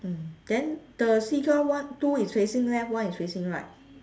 mm then the seagull one two is facing left one is facing right